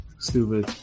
Stupid